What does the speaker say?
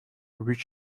which